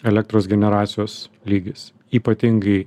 elektros generacijos lygis ypatingai